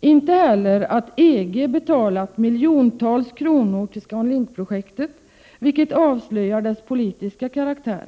inte heller att EG betalat miljontals kronor till ScanLink-projektet, vilket avslöjar dess politiska karaktär.